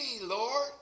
Lord